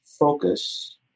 Focus